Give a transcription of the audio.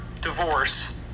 divorce